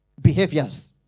behaviors